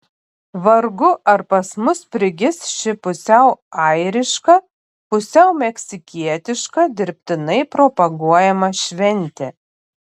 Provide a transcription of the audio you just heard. vargu ar pas mus prigis ši pusiau airiška pusiau meksikietiška dirbtinai propaguojama šventė